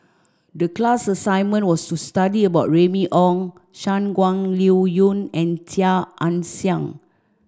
the class assignment was to study about Remy Ong Shangguan Liuyun and Chia Ann Siang